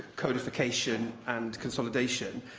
codification and consolidation,